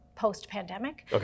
post-pandemic